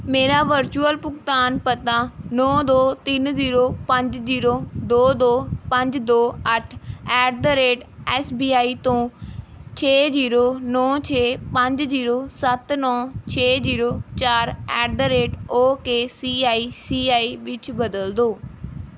ਮੇਰਾ ਵਰਚੁਅਲ ਭੁਗਤਾਨ ਪਤਾ ਨੌ ਦੋ ਤਿੰਨ ਜੀਰੋ ਪੰਜ ਜੀਰੋ ਦੋ ਦੋ ਪੰਜ ਦੋ ਅੱਠ at the rate S B I ਤੋਂ ਛੇ ਜੀਰੋ ਨੌ ਛੇ ਪੰਜ ਜੀਰੋ ਸੱਤ ਨੌ ਛੇ ਜੀਰੋ ਚਾਰ at the rate okay C I C I ਵਿੱਚ ਬਦਲ ਦਿਉ